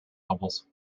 levels